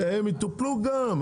הם יטופלו גם.